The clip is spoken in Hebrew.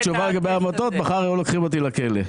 תשובה לגבי עמותות מחר היו לוקחים אותי לכלא.